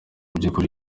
by’ukuri